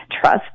trust